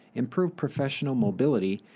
improve professional mobility,